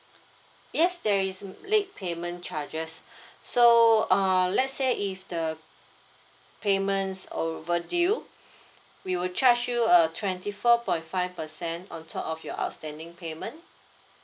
yes there is late payment charges so uh let's say if the payments overdue we will charge you a twenty four point five percent on top of your outstanding payment